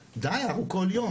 די, אנחנו כל יום.